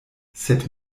sed